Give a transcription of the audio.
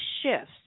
shifts